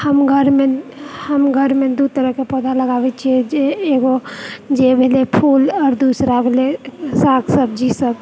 हम घरमे हम घरमे दू तरहके पौधा लगाबैत छी जे एगो जे भेलै फूल आ दूसरा भेलै साग सब्जी सब